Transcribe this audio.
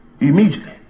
Immediately